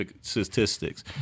statistics